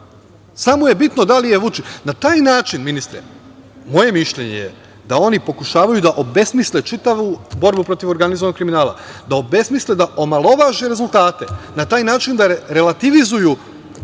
u meritum stvari. Na taj način, ministre, moje mišljenje je da oni pokušavaju da obesmisle čitavu borbu protiv organizovanog kriminala, da obesmisle, da omalovaže rezultate, na taj način da revitalizuju